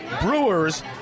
brewers